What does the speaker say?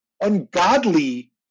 ungodly